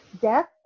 death